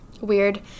weird